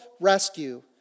rescue